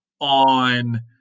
on –